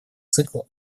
цикла